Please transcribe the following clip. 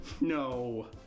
no